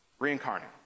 reincarnate